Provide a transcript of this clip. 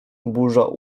burza